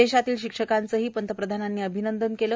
देशातल्या शिक्षकांचंही पंतप्रधानांनी अभिनंदन केलं